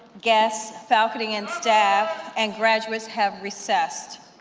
guests, faculty and staff and graduates have recessed?